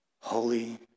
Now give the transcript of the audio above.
Holy